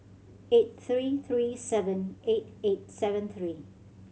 eight three three seven eight eight seven three